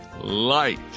Light